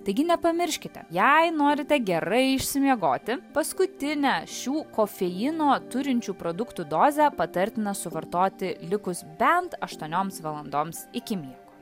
taigi nepamirškite jei norite gerai išsimiegoti paskutinę šių kofeino turinčių produktų dozę patartina suvartoti likus bent aštuonioms valandoms iki miego